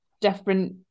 different